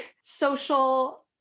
social